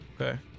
Okay